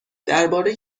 درباره